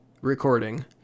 recording